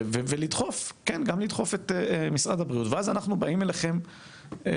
ולדחוף את משרד הבריאות ואז אנחנו נבוא אליכם לעזר.